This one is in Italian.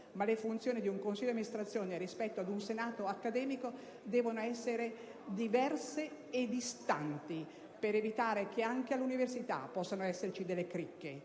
ma le funzioni di un consiglio di amministrazione rispetto ad un senato accademico devono essere diverse e distanti, per evitare che anche all'università possano esserci delle cricche.